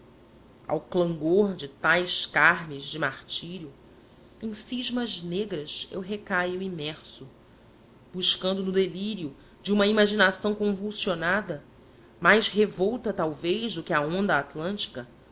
ao clangor de tais carmes de martírio em cismas negras eu recaio imerso buscando no delírio de uma imaginação convulsionada mais revolta talvez de que a onda atlântica